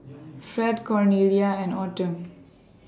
Fred Cornelia and Autumn